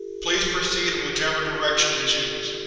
please proceed in whichever direction you choose.